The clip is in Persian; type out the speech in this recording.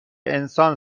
انسان